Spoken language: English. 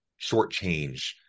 shortchange